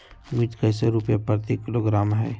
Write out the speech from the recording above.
मिर्च कैसे रुपए प्रति किलोग्राम है?